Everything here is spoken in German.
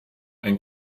ein